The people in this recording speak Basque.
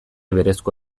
berezko